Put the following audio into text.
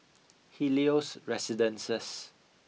Helios Residences